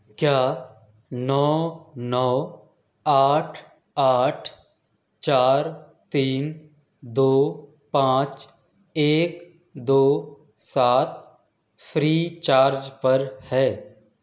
کیا نو نو آٹھ آٹھ چار تین دو پانچ ایک دو سات فری چارج پر ہے